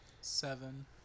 Seven